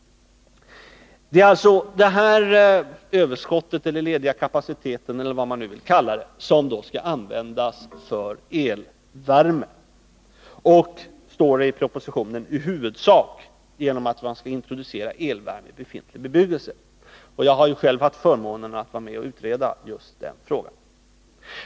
Det är alltså detta överskott, den lediga kapaciteten eller vad man vill kalla det, som då skall användas för elvärme och, som det står i propositionen, i huvudsak genom att introducera elvärme i befintlig bebyggelse. Jag har själv haft förmånen att vara med om att utreda just den frågan.